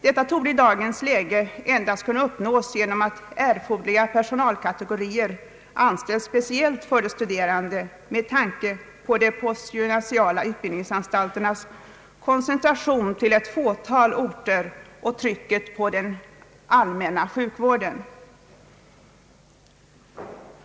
Detta torde i dagens läge endast kunna uppnås genom att erforderliga personalkategorier anställs speciellt för de studerande med tanke på de postgymnasiala utbildningsanstalternas koncentration till ett fåtal orter och trycket på den allmänna sjukvården.